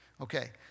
Okay